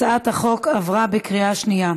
הצעת החוק עברה בקריאה שנייה.